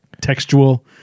textual